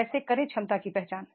कैसे करें क्षमता की पहचान